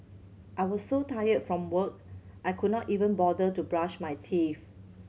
I was so tired from work I could not even bother to brush my teeth